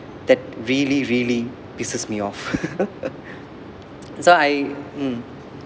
that really really pisses me off so I um